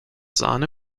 sahne